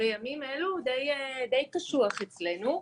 בימים אלו די קשוח אצלנו.